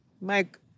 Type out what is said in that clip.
Mike